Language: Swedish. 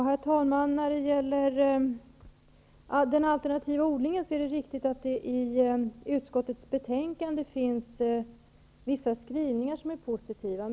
Herr talman! När det gäller den alternativa odlingen, är det riktigt att det i utskottets betänkande finns vissa skrivningar som är positiva.